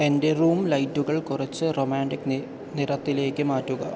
എന്റെ റൂം ലൈറ്റുകൾ കുറച്ച് റൊമാൻറ്റിക് നി നിറത്തിലേക്ക് മാറ്റുക